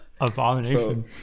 Abomination